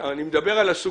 כן, הרי זה מה שבערך קיבלנו.